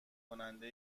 کننده